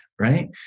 Right